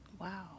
Wow